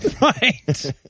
right